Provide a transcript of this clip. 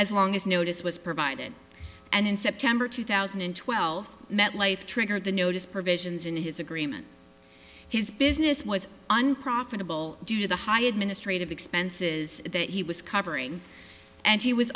as long as notice was provided and in september two thousand and twelve metlife triggered the notice provisions in his agreement his business was unprofitable due to the high administrative expenses that he was covering and he was